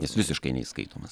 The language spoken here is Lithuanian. jis visiškai neįskaitomas